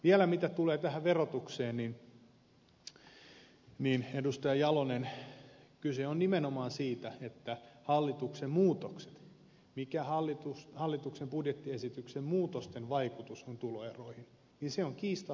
vielä mitä tulee tähän verotukseen niin edustaja jalonen kyse on nimenomaan siitä mikä hallituksen budjettiesityksen muutosten vaikutus on tuloeroihin ja ne ovat kiistatta pienentyneet